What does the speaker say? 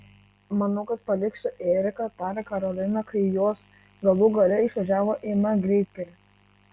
manau kad paliksiu eriką tarė karolina kai jos galų gale išvažiavo į m greitkelį